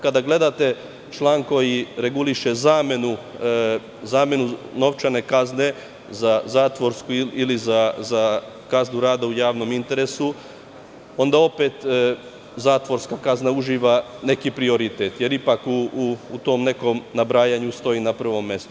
Kada gledate član koji reguliše zamenu novčane kazne za zatvorsku ili za kaznu rada u javnom interesu, onda opet zatvorska kazna uživa neki prioritet, jer ipak u tom nekom nabrajanju stoji na prvom mestu.